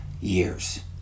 years